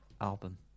album